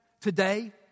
Today